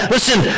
Listen